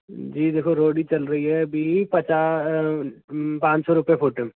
जी देखो रोडी चल रही है अभी पाँच सौ रूपए फोट